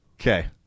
Okay